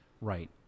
Right